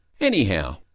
Anyhow